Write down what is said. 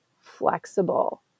flexible